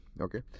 Okay